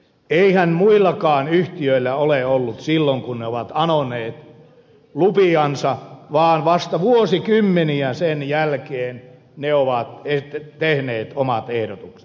eihän muillakaan yhtiöillä ole ollut silloin kun ne ovat anoneet lupiansa vaan vasta vuosikymmeniä sen jälkeen ne ovat tehneet omat ehdotuksensa